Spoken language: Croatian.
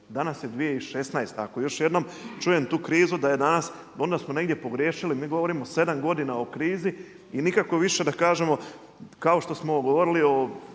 danas je 2016. Ako još jednom čujem tu krizu da je danas onda smo negdje pogriješili. Mi govorimo 7 godina o krizi i nikako više da kažemo kao što smo govorili